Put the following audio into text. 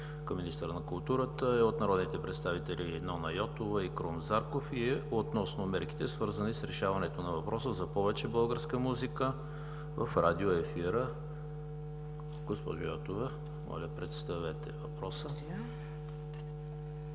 към министъра на културата е от народните представители Нона Йотова и Крум Зарков и е относно мерките, свързани с решаването на въпроса за повече българска музика в радио ефира. Госпожо Йотова, моля, представете въпроса.